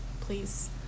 Please